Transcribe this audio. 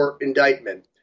indictment